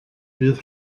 bydd